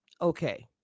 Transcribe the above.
okay